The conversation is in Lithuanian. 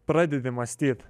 pradedi mąstyt